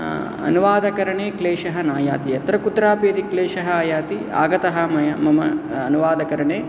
अनुवादकरणे क्लेशः नायाति यत्र कुत्रापि क्लेशः आयाति आगतः मया मम अनुवादकरणे